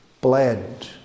bled